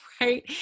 right